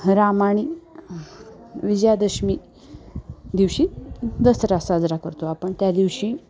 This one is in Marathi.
रामाने विजयादशमी दिवशी दसरा साजरा करतो आपण त्या दिवशी